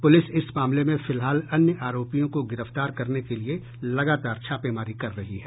police इस मामले में फिलहाल अन्य आरोपियों को गिरफ्तार करने के लिए लगातार छापेमारी कर रही है